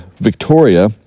Victoria